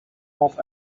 off